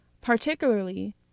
particularly